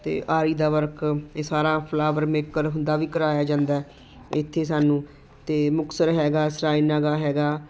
ਅਤੇ ਆਰੀ ਦਾ ਵਰਕ ਇਹ ਸਾਰਾ ਫਲਾਵਰ ਮੇਕਰ ਹੁੰਦਾ ਵੀ ਕਰਵਾਇਆ ਜਾਂਦਾ ਇੱਥੇ ਸਾਨੂੰ ਅਤੇ ਮੁਕਤਸਰ ਹੈਗਾ ਸਰਾਏ ਨਾਗਾ ਹੈਗਾ